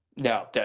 No